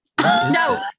No